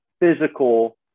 physical